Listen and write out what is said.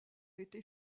été